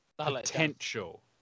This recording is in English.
potential